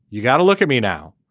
you got to look at me now.